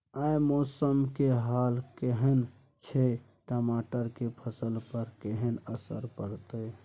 आय मौसम के हाल केहन छै टमाटर के फसल पर केहन असर परतै?